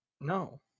No